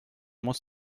muss